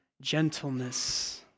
gentleness